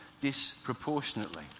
disproportionately